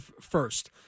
first